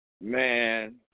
Man